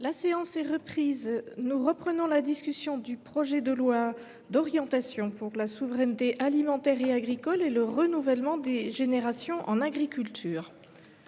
La séance est reprise. Nous poursuivons la discussion du projet de loi d’orientation pour la souveraineté alimentaire et agricole et le renouvellement des générations en agriculture.